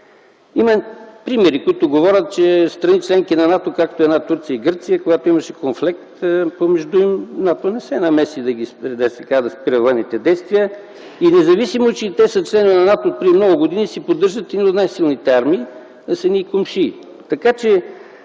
Има примери, които говорят, че страни-членки на НАТО, както една Турция и Гърция, когато имаше конфликт помежду им, НАТО не се намеси да спира военните действия и независимо, че и те са членове на НАТО от преди много години си поддържат едни от най-силните армии, а са ни й комшии. Така че